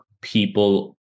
people